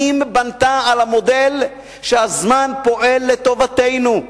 שנים בנתה על המודל שהזמן פועל לטובתנו.